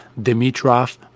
Dimitrov